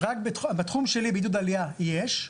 רק בתחום שלי, בעידוד עלייה ,יש.